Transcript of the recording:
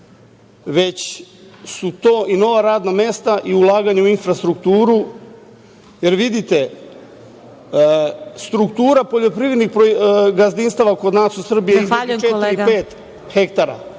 već su to i nova radna mesta i ulaganje u infrastrukturu, jer vidite struktura poljoprivrednih gazdinstava kod nas u Srbiji su između četiri